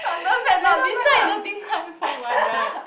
London Fat Duck beside the Din-Tai-Fung like that